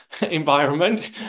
environment